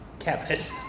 Cabinet